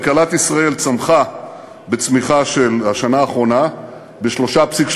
כלכלת ישראל צמחה בשנה האחרונה ב-3.3%,